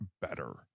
better